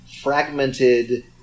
fragmented